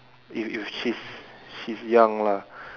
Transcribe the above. if if she is she is young lah